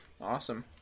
Awesome